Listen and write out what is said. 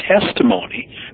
testimony